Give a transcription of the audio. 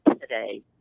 today